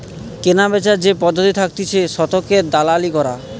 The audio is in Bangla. কেনাবেচার যে পদ্ধতি থাকতিছে শতকের দালালি করা